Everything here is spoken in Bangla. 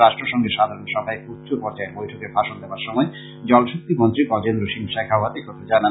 রাট্টসংঘের সাধারণ সভায় এক উচ্চ পর্যায়ের বৈঠকে ভাষন দেবার সময় জলশক্তি মন্ত্রী গজেন্দ্র সিং শেখোয়াত একথা জানান